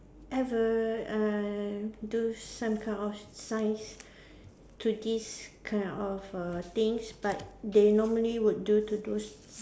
ever uh do some kind of science to this kind of err things but they normally would do to those